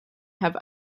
have